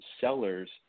sellers